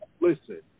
listen